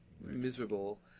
miserable